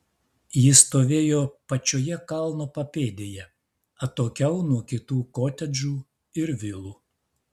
ji stovėjo pačioje kalno papėdėje atokiau nuo kitų kotedžų ir vilų